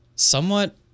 Somewhat